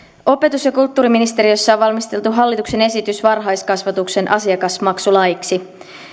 opetus ja kulttuuriministeriössä on valmisteltu hallituksen esitys varhaiskasvatuksen asiakasmaksulaiksi